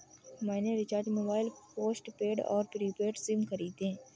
मैंने recharge mobile postpaid और prepaid sim खरीदे